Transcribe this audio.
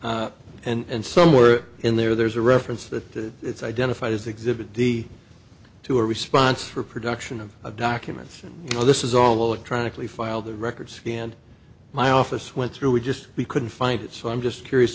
yes and somewhere in there there's a reference that it's identified as exhibit d to a response for production of documents and you know this is all a trying to clean file the record scanned my office went through we just we couldn't find it so i'm just curious